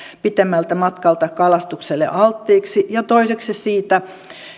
pitemmältä matkalta kalastukselle alttiiksi ja toiseksi siitä